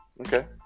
Okay